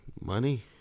money